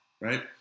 right